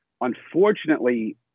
unfortunately